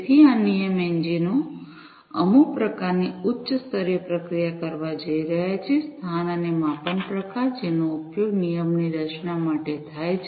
તેથી આ નિયમ એન્જિનો અમુક પ્રકારની ઉચ્ચ સ્તરીય પ્રક્રિયા કરવા જઈ રહ્યા છે સ્થાન અને માપન પ્રકાર જેનો ઉપયોગ નિયમની રચના માટે થાય છે